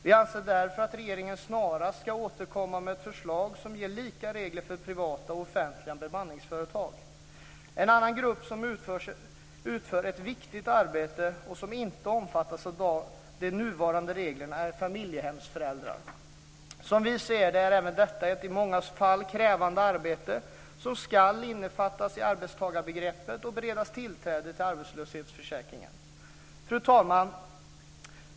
Vi anser därför att regeringen snarast ska återkomma med ett förslag som ger lika regler för privata och offentliga bemanningsföretag. En annan grupp som utför ett viktigt arbete och som inte omfattas av de nuvarande reglerna är familjehemsföräldrar. Som vi ser det är även detta ett i många fall krävande arbete som ska innefattas i arbetstagarbegreppet och bereda dem tillträde till arbetslöshetsförsäkringen. Fru talman!